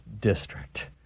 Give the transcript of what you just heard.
district